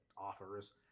offers